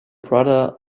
brother